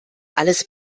alles